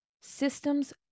Systems